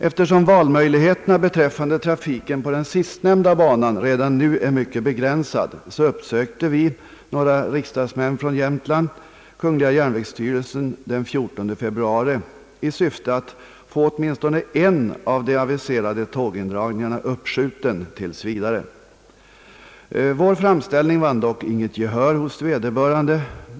Eftersom valmöjligheterna beträffande trafiken på den sistnämnda banan redan nu är mycket begränsade uppsökte vi, några riksdagsmän från Jämtland, kungl. järnvägsstyrelsen den 14 februari i syfte att få åtminstone en av de aviserade tågindragningarna uppskjuten tills viadre. Vår framställning vann dock inget gehör hos vederbörande.